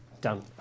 Done